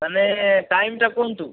ମାନେ ଟାଇମ୍ଟା କୁହନ୍ତୁ